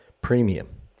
premium